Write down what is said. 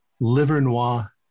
Livernois